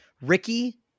Ricky